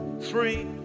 three